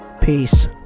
Peace